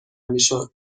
میشد